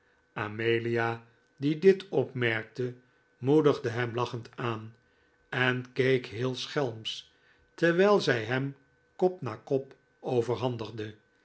amelia die dit opmerkte moedigde hem lachend aan en keek heel schelmsch terwijl zij hem kop na kop overhandigde